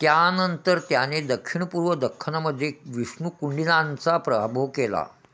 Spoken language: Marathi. त्यानंतर त्याने दक्षिणपूर्व दख्खनामध्ये विष्णू कुंडिलांचा पराभव केला